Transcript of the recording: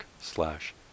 slash